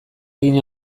egin